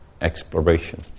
exploration